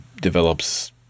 develops